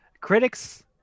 Critics